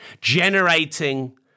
generating